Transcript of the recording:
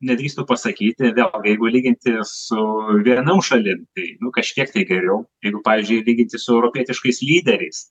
nedrįstu pasakyti vėl o jeigu lyginti su vienų šalimi tai kažkiek tai geriau jeigu pavyzdžiui lyginti su europietiškais lyderiais